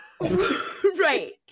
Right